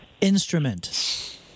Instrument